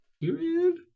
Period